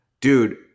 dude